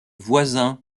voisin